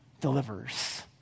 delivers